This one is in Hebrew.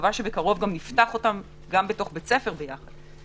מקווה שבקרוב נפתח אותם גם בתוך בית ספר ביחד.